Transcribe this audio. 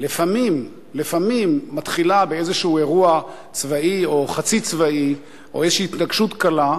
לפעמים מתחילה באיזה אירוע צבאי או חצי-צבאי או באיזו התנגשות קלה,